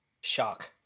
Shock